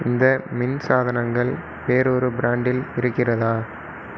இந்த மின் சாதனங்கள் வேறொரு பிராண்டில் இருக்கிறதா